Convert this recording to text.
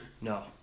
No